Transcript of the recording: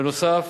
בנוסף,